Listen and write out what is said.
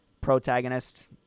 protagonist